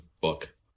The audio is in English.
book